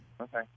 Okay